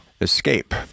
escape